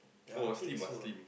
oh slim ah slim